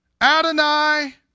Adonai